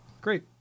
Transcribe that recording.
great